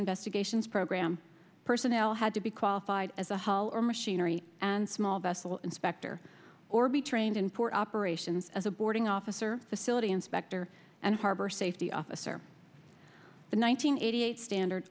investigations program personnel had to be qualified as a hall or machinery and small vessel inspector or be trained in port operations as a boarding officer facility inspector and harbor safety officer the one nine hundred eighty eight standard